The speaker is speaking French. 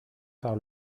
par